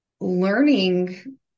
learning